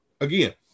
Again